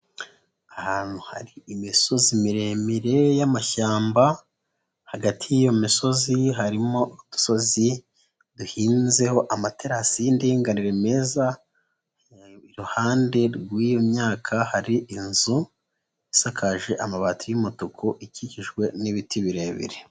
Ahantu hari imisozi miremire y'amashyamba, hagati y'iyo misozi harimo udusozi duhinzeho amaterasi y'indganire meza, iruhande rw'iyo myaka hari inzu isakaje amabati y'umutuku ikikijwe n'ibiti birebire.